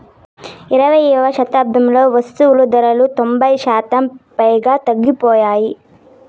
ఇరవైయవ శతాబ్దంలో వస్తువులు ధరలు తొంభై శాతం పైగా తగ్గిపోయాయి